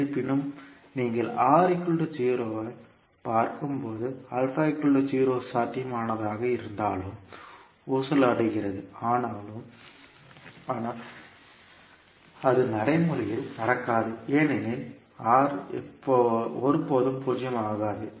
இருப்பினும் நீங்கள் ஐப் பார்க்கும்போது சர்க்யூட் சாத்தியமானதாக இருந்தாலும் ஊசலாடுகிறது ஆனால் அது நடைமுறையில் நடக்காது ஏனெனில் R ஒருபோதும் பூஜ்ஜியமாக இருக்காது